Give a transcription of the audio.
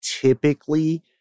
typically